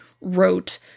wrote